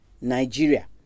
Nigeria